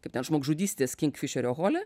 kaip ten žmogžudystės king fišerio hole